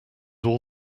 all